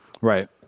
Right